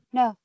no